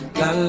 la